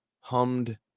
hummed